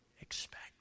expect